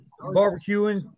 Barbecuing